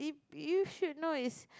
you should know is